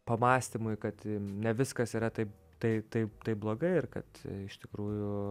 pamąstymui kad ne viskas yra taip tai taip taip blogai ir kad iš tikrųjų